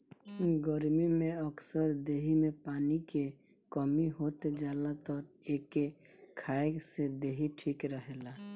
गरमी में अक्सर देहि में पानी के कमी हो जाला तअ एके खाए से देहि ठीक रहेला